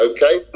Okay